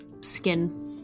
skin